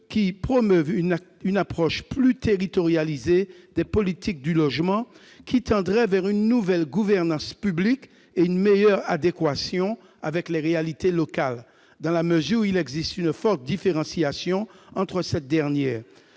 qui promeuvent une approche plus territorialisée des politiques du logement, qui tendrait vers « une nouvelle gouvernance publique et une meilleure adéquation avec les réalités locales », dans la mesure où il existe une forte différenciation entre ces dernières.